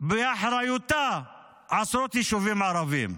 שבאחריותה עשרות יישובים ערביים,